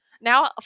now